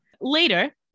Later